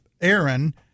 Aaron